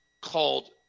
called